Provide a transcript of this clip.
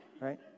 right